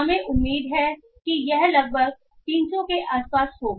हमें उम्मीद है कि यह लगभग 300 के आसपास होगा